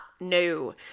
No